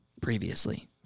previously